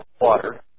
water